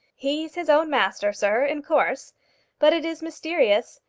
he's his own master, sir, in course but it is mysterious.